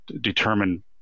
determine